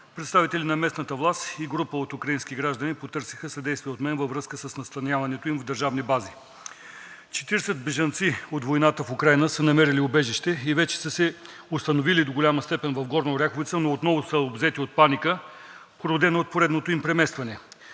представители на местната власт и група от украински граждани потърсиха съдействие от мен във връзка с настаняването им в държавни бази. Четиридесет бежанци от войната в Украйна са намерили убежище и вече до голяма степен са се установили в Горна Оряховица, но отново са обзети от паника, породена от поредното им преместване.